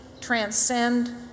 transcend